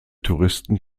touristen